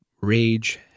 rage